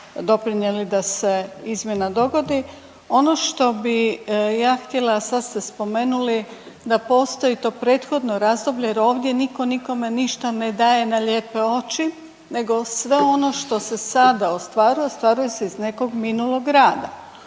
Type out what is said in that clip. doprinjeli da se izmjena dogodi. Ono što bi ja htjela, a sad ste spomenuli, da postoji to prethodno razdoblje jer ovdje niko nikome ništa ne daje na lijepe oči nego sve ono što se sada ostvaruje ostvaruje se iz nekog minulog rada.